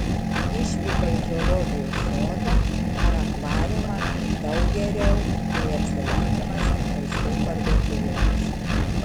išvyka į zoologijos sodą ar akvariumą daug geriau nei apsilankymas žaislų parduotuvėje